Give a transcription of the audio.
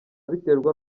biterwa